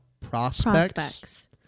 Prospects